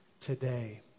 today